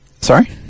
Sorry